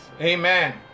Amen